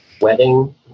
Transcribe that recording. wedding